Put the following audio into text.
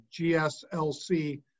GSLC